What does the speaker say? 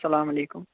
اسلامُ علیکُم